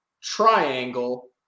triangle